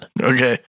Okay